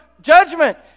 judgment